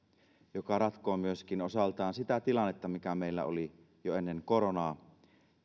joka ratkoo myöskin osaltaan sitä tilannetta mikä meillä oli jo ennen koronaa